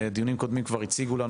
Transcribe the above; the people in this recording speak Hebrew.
דיונים קודמים כבר הציגו לנו,